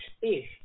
fish